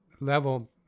level